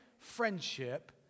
Friendship